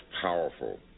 powerful